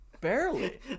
Barely